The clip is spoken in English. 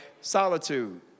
solitude